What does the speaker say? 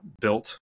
built